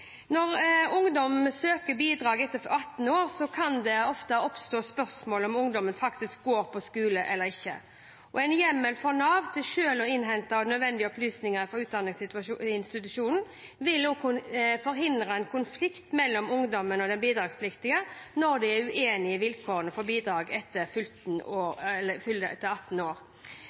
Når en ungdom søker bidrag etter fylte 18 år, kan det ofte oppstå spørsmål om ungdommen faktisk går på skolen eller ikke. En hjemmel for Nav til selv å innhente nødvendige opplysninger fra utdanningsinstitusjonen vil forhindre en konflikt mellom ungdommen og den bidragspliktige når de er uenige om vilkårene for bidrag etter fylte 18 år